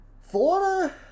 Florida